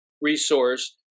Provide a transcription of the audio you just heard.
resource